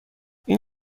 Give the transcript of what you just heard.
این